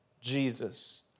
Jesus